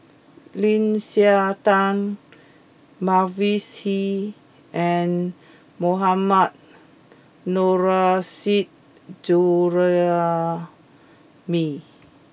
Lim Siah Tong Mavis Hee and Mohammad Nurrasyid Juraimi